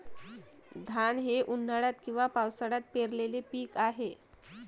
धान हे उन्हाळ्यात किंवा पावसाळ्यात पेरलेले पीक आहे